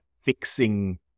fixing